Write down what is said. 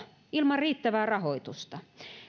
ilman riittävää rahoitusta